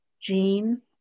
Jean